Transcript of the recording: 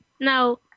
Now